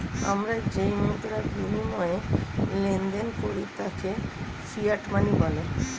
আমরা যেই মুদ্রার বিনিময়ে লেনদেন করি তাকে ফিয়াট মানি বলা হয়